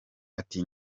ati